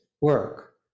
work